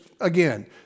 again